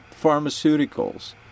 pharmaceuticals